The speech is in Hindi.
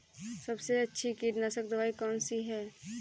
सबसे अच्छी कीटनाशक दवाई कौन सी है?